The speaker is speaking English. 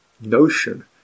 notion